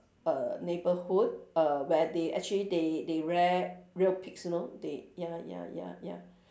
err neighbourhood err where they actually they they rear real pigs you know they ya ya ya ya